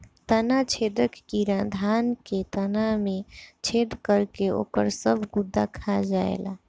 तना छेदक कीड़ा धान के तना में छेद करके ओकर सब गुदा खा जाएला